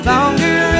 Longer